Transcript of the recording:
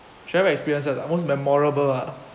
travel experiences ah most memorable ah